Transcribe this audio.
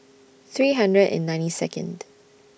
three hundred and ninety Second